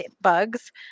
bugs